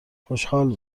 خوشحال